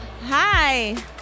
Hi